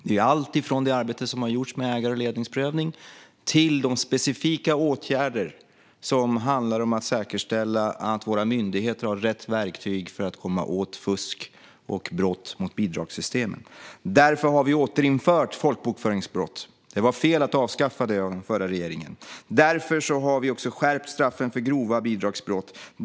Det handlar om allt från det arbete som gjorts med ägar och ledningsprövning till de specifika åtgärder som ska säkerställa att våra myndigheter har rätt verktyg för att komma åt fusk och brott mot bidragssystemet. Därför har vi återinfört folkbokföringsbrottet. Det var fel av den förra regeringen att avskaffa det. Därför har vi också skärpt straffen för grova bidragsbrott.